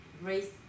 raise